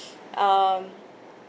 um